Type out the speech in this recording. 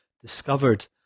discovered